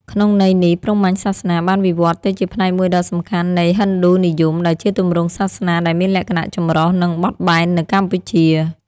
ក្នុងន័យនេះ ព្រហ្មញ្ញសាសនាបានវិវឌ្ឍន៍ទៅជាផ្នែកមួយដ៏សំខាន់នៃ ហិណ្ឌូនិយម ដែលជាទម្រង់សាសនាដែលមានលក្ខណៈចម្រុះ និងបត់បែននៅកម្ពុជា។